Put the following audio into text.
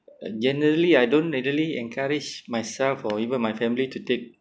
uh generally I don't readily encourage myself or even my family to take